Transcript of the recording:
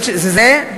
זה זה?